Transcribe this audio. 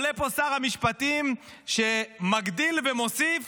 עולה פה שר המשפטים, שמגדיל ומוסיף